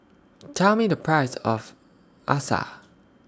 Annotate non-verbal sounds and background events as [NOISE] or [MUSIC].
Tell Me The Price of [UNINTELLIGIBLE]